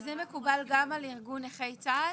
וזה מקובל גם על ארגון נכי צה"ל,